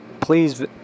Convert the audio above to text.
Please